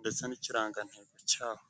ndetse n'ikirangantego cyaho.